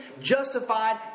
justified